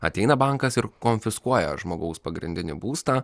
ateina bankas ir konfiskuoja žmogaus pagrindinį būstą